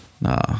nah